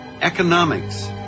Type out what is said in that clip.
economics